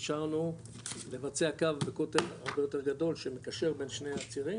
אישרנו לבצע קו בקוטר הרבה יורת גדול שמקשר בין שני הצירים,